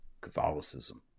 Catholicism